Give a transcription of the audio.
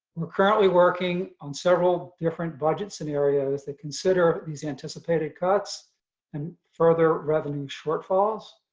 we're currently working on several different budget scenarios that consider these anticipated cuts and further revenue shortfalls.